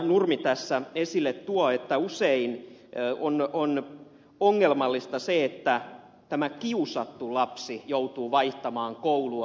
nurmi tässä esille tuo että usein on ongelmallista se että tämä kiusattu lapsi joutuu vaihtamaan koulua